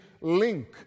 link